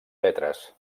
lletres